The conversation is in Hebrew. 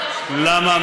למה לא?